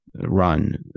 run